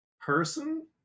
person